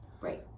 Right